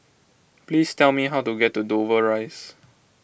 please tell me how to get to Dover Rise